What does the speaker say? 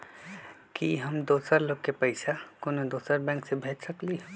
कि हम दोसर लोग के पइसा कोनो दोसर बैंक से भेज सकली ह?